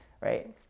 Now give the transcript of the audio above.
right